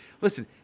listen